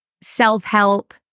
self-help